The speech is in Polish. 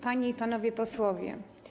Panie i Panowie Posłowie!